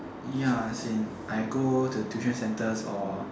ya as in I go the tuition centres or